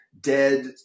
dead